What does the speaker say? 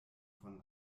von